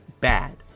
bad